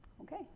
Okay